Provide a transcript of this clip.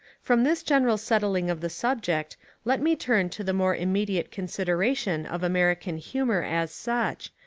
from this general settling of the subject let me turn to the more immediate consideration of american humour as such,